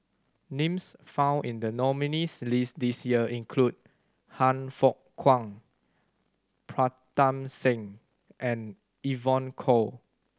names found in the nominees' list this year include Han Fook Kwang Pritam Singh and Evon Kow